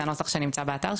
זה הנוסח שנמצא באתר,